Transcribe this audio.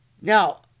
Now